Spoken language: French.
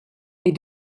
est